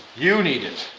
you need it!